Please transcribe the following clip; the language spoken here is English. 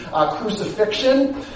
crucifixion